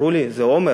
אמרו לי זה עומר,